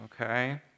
okay